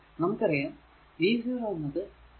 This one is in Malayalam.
നമുക്കറിയാം v 0 എന്നത് 2 i 2